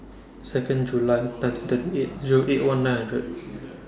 Second July nineteen thirty eight Zero eight one nine hundred